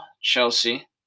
Chelsea